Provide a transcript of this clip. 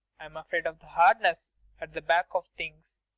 i'm afraid of the hardness at the back of things.